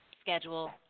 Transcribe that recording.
schedule